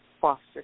foster